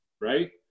right